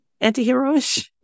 anti-heroish